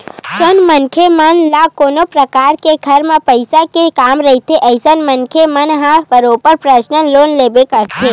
जउन मनखे मन ल कोनो परकार के घर म पइसा के काम रहिथे अइसन मनखे मन ह बरोबर परसनल लोन लेबे करथे